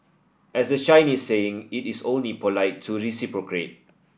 as the Chinese saying it is only polite to reciprocate